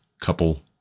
couple